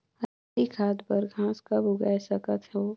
हरी खाद बर घास कब उगाय सकत हो?